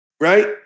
right